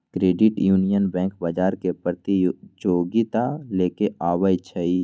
credit union bank बजार में प्रतिजोगिता लेके आबै छइ